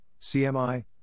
CMI